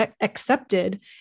accepted